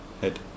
head